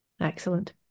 Excellent